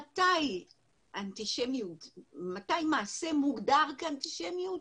מתי מעשה מוגדר כאנטישמיות,